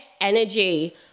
energy